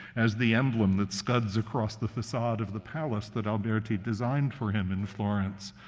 as the emblem that scuds across the facade of the palace that alberti designed for him in florence.